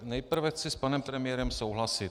Tak nejprve chci s panem premiérem souhlasit.